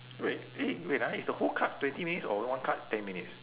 wait eh wait ah is the whole cards twenty minutes or only one card ten minutes